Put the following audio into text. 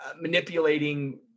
manipulating